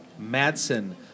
Madsen